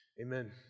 Amen